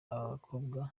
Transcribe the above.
bakobwa